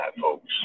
folks